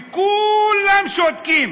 וכולם שותקים.